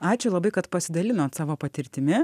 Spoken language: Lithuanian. ačiū labai kad pasidalinot savo patirtimi